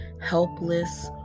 helpless